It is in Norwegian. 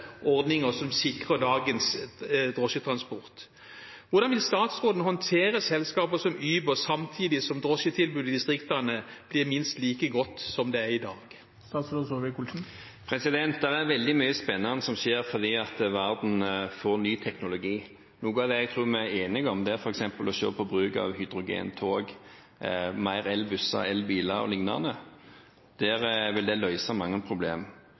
ordninger som sikrer dagens drosjetransport. Hvordan vil statsråden håndtere selskaper som Uber, samtidig som drosjetilbudet i distriktene blir minst like godt som det er i dag? Det er veldig mye spennende som skjer fordi verden får ny teknologi. Noe av det jeg tror vi er enige om, er f.eks. å se på bruk av hydrogentog, mer elbusser og elbiler o.l. Det vil løse mange problemer. Når det